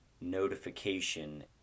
notification